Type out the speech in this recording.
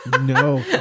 No